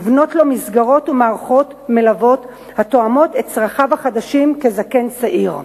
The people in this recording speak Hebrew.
לבנות לו מסגרות ומערכות מלוות התואמות את צרכיו החדשים כ"זקן צעיר".